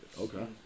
Okay